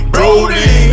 Brody